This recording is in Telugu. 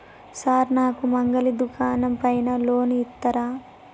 సార్ నాకు మంగలి దుకాణం పైన లోన్ ఇత్తరా?